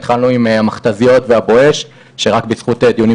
התחלנו עם מכת"זיות והבואש שרק בזכות דיונים